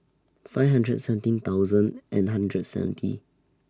five hundred seventeen thousand and hundred seventy